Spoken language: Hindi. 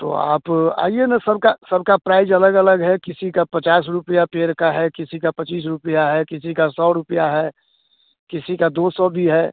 तो आप आइए ना सबका सबका प्राइज अलग अलग है किसी का पचास रुपये पेड़ का है किसी का पचीस रुपये है किसी का सौ रुपये है किसी का दो सौ भी है